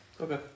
Okay